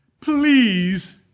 please